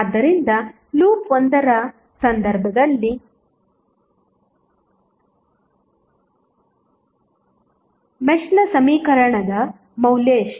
ಆದ್ದರಿಂದ ಲೂಪ್ 1 ರ ಸಂದರ್ಭದಲ್ಲಿ ಮೆಶ್ನ ಸಮೀಕರಣದ ಮೌಲ್ಯ ಎಷ್ಟು